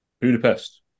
Budapest